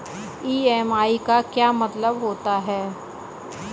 EMI का क्या मतलब होता है?